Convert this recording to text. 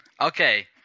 Okay